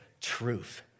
truth